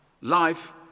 life